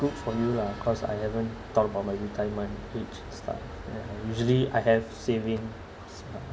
good for you lah cause I haven't thought about my retirement age start usually I have saving